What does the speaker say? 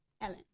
Ellen